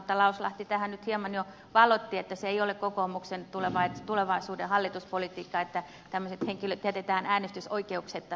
mutta lauslahti tätä nyt hieman jo valotti että se ei ole kokoomuksen tulevaisuuden hallituspolitiikkaa että tämmöiset henkilöt jätetään äänestysoikeudetta